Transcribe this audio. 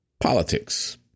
Politics